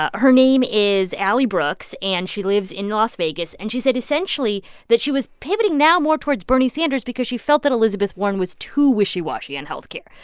ah her name is ali brooks, and she lives in las vegas. and she said essentially that she was pivoting now more towards bernie sanders because she felt that elizabeth warren was too wishy-washy on health care,